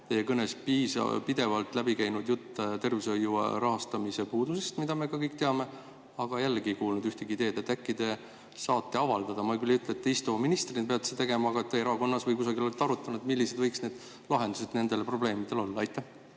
teie kõnest käis pidevalt läbi jutt tervishoiu rahastamise puudusest, mida me kõik teame, aga jällegi ei kuulnud ma ühtegi ideed, et äkki te saate avaldada. Ma küll ei ütle, et te ministrina peate seda tegema, aga äkki te erakonnas või kusagil olete arutanud, millised võiksid lahendused nendele probleemidele olla. Aitäh!